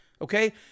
okay